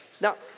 now